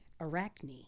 Arachne